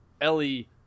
Ellie